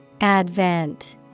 Advent